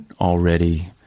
already